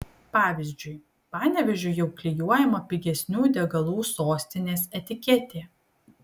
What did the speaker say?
pavyzdžiui panevėžiui jau klijuojama pigesnių degalų sostinės etiketė